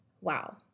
wow